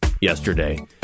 yesterday